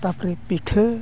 ᱛᱟᱨᱯᱚᱨᱮ ᱯᱤᱴᱷᱟᱹ